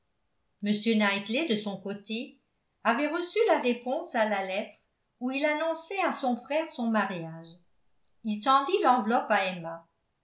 m knightley de son côté avait reçu la réponse à la lettre où il annonçait à son frère son mariage il tendit l'enveloppe à emma